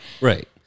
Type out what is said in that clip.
Right